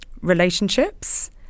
relationships